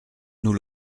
nous